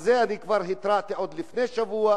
על זה אני כבר התרעתי לפני שבוע,